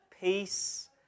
Peace